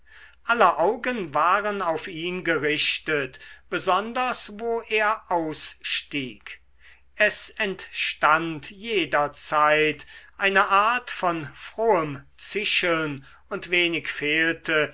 aller augen waren auf ihn gerichtet besonders wo er ausstieg es entstand jederzeit eine art von frohem zischeln und wenig fehlte